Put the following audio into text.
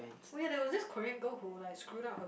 oh ya there was this Korean girl who like screwed up her